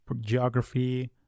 geography